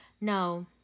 Now